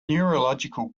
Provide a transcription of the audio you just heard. neurological